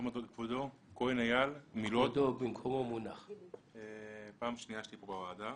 פעם שנייה שלי בוועדה.